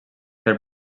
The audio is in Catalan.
per